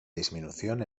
disminución